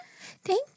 Thank